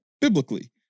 biblically